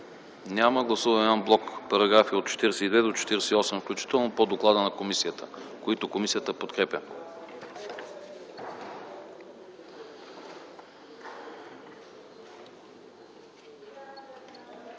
Няма. Гласуваме ан блок параграфи от 42 до 48 включително по доклада на комисията, които се подкрепят.